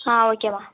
ஆ ஓகேம்மா